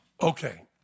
okay